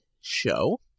show